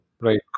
Right